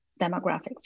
demographics